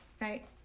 right